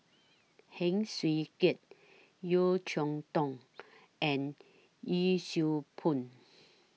Heng Swee Keat Yeo Cheow Tong and Yee Siew Pun